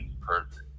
perfect